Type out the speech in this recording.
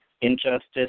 Injustice